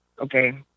Okay